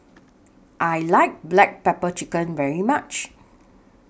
I like Black Pepper Chicken very much